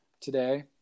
today